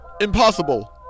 Impossible